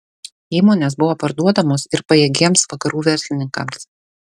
įmonės buvo parduodamos ir pajėgiems vakarų verslininkams